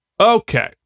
Okay